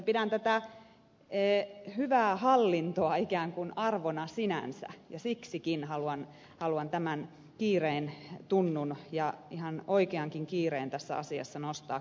pidän tätä hyvää hallintoa ikään kuin arvona sinänsä ja siksikin haluan tämän kiireen tunnun ja ihan oikeankin kiireen tässä asiassa nostaa kyllä esiin